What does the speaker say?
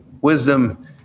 wisdom